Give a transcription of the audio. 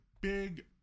big